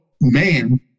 man